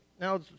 now